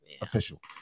official